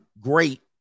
great